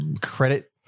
credit